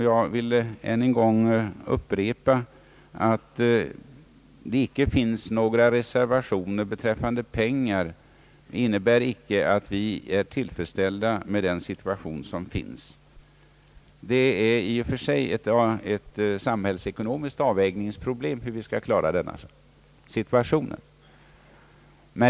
Jag vill ännu en gång upprepa att det förhållandet att det icke finns några reservationer beträffande pengar icke innebär att vi är tillfredsställda med den föreliggande situationen. Det är i och för sig ett samhällsekonomiskt avvägningsproblem hur vi skall klara situationen.